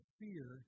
fear